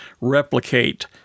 replicate